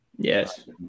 Yes